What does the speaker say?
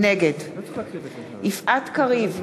נגד יפעת קריב,